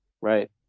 right